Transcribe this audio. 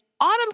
autumn